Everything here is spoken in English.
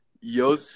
yo